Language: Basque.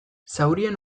zaurien